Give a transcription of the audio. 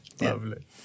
Lovely